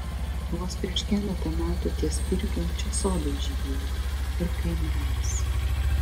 vos prieš keletą metų ties pirkiom čia sodai žydėjo ir kaimelis